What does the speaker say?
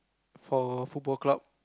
for Football Club